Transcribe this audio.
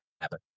happen